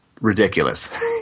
ridiculous